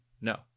no